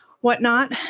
whatnot